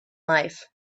life